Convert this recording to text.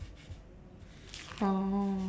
oh